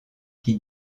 qui